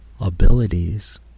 abilities